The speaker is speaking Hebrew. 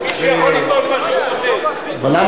מי